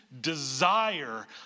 Desire